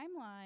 timeline